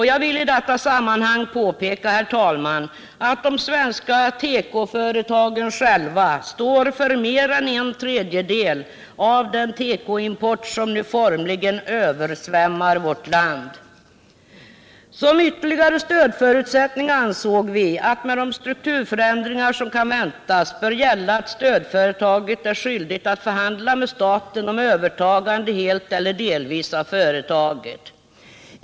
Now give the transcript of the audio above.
Jag vill i detta sammanhang, herr talman, påpeka att de svenska tekoföretagen själva står för mer än en tredjedel av den tekoimport som nu formligen översvämmar vårt land. Som ytterligare stödförutsättning ansåg vi att med de strukturförändringar som kan väntas bör gälla att stödföretaget är skyldigt att förhandla med staten om övertagande, helt eller delvis, av företaget.